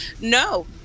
No